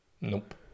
Nope